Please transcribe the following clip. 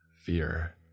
Fear